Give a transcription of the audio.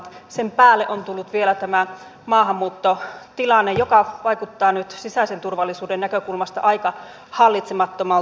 sen päälle on tullut vielä tämä maahanmuuttotilanne joka vaikuttaa nyt sisäisen turvallisuuden näkökulmasta aika hallitsemattomalta